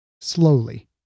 slowly